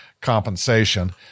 compensation